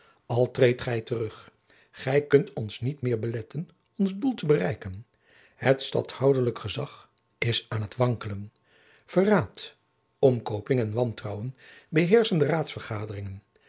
al treedt gij terug gij kunt ons niet meer beletten ons doel te bereiken het stadhouderlijk gezag is aan het wankelen verraad omkooping en wantrouwen beheerschen de raadsvergaderingen